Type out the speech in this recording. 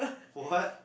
what